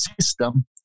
system